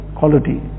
quality